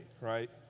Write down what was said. right